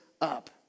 up